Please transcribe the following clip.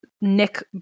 nick